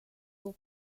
will